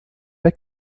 pas